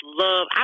love